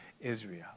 Israel